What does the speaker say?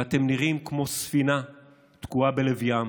ואתם נראים כמו ספינה תקועה בלב ים